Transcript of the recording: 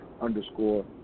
underscore